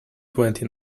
twenty